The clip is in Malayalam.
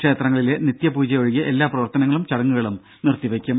ക്ഷേത്രങ്ങളിലെ നിത്യപൂജയൊഴികെ എല്ലാ പ്രവർത്തനങ്ങളും ചടങ്ങുകളും നിർത്തിവെക്കും